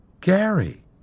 Gary